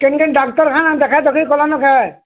କେନ୍ କେନ୍ ଡାକ୍ତରଖାନା ଦେଖାଦୁଖି କଲନ କେଁ